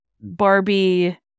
Barbie